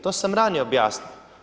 To sam ranije objasnio.